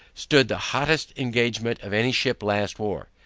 stood the hottest engagement of any ship last war,